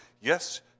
yes